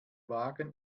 wagen